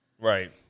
Right